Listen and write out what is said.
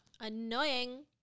annoying